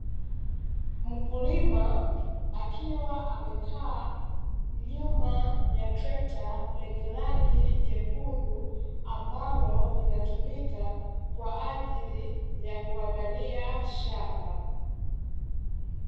Mkulima akiwa amekaa nyuma ya trekta lenye rangi jekundu ambalo linatumika kwa ajili ya kuandalia shamba.